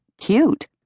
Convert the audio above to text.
cute